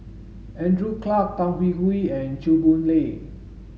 Andrew Clarke Tan Hwee Hwee and Chew Boon Lay